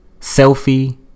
selfie